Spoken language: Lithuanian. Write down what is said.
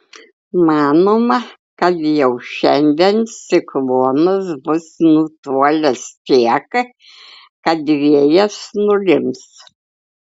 manoma kad jau šiandien ciklonas bus nutolęs tiek kad vėjas nurims